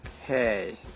Hey